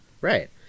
Right